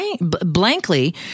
blankly